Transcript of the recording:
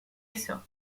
eso